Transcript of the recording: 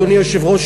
אדוני היושב-ראש,